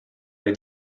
dai